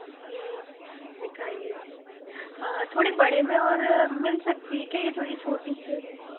जी दिखाइए थोड़े बड़े में और मिल सकती है क्या ये थोड़ी छोटी चेन है